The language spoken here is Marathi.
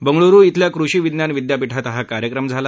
बंगळुरु धिल्या कृषी विज्ञान विद्यापीठात हा कार्यक्रम झाला